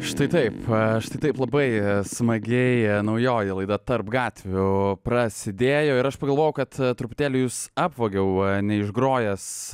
štai taip štai taip labai smagiai naujoji laida tarp gatvių prasidėjo ir aš pagalvojau kad truputėlį jus apvogiau neišgrojęs